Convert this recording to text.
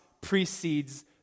precedes